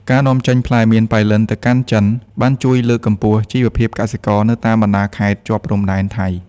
ការនាំចេញផ្លែមៀនប៉ៃលិនទៅកាន់ចិនបានជួយលើកកម្ពស់ជីវភាពកសិករនៅតាមបណ្ដាខេត្តជាប់ព្រំដែនថៃ។